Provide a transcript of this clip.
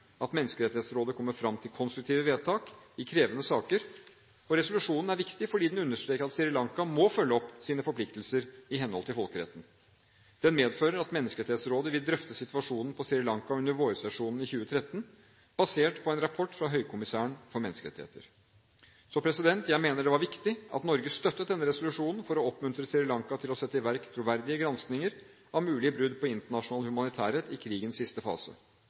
at Menneskerettighetsrådet kommer fram til konstruktive vedtak i krevende saker. Resolusjonen er viktig fordi den understreker at Sri Lanka må følge opp sine forpliktelser i henhold til folkeretten. Den medfører at Menneskerettighetsrådet vil drøfte situasjonen på Sri Lanka under vårsesjonen i mars 2013, basert på en rapport fra Høykommisæren for menneskerettigheter. Jeg mener det var viktig at Norge støttet denne resolusjonen for å oppmuntre Sri Lanka til å sette i verk troverdige granskinger av mulige brudd på internasjonal humanitærrett i krigens siste fase.